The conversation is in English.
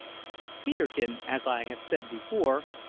peterkin, as i have said before,